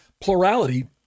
plurality